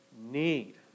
need